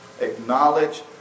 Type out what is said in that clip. Acknowledge